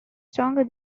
stronger